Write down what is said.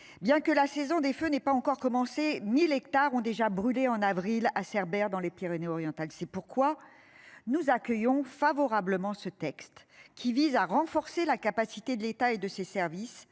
bien que la saison des feux n'est pas encore commencé, 1000 hectares ont déjà brûlé en avril à Cerbère dans les Pyrénées-Orientales. C'est pourquoi. Nous accueillons favorablement ce texte qui vise à renforcer la capacité de l'État et de ses services